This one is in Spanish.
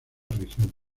región